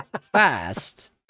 fast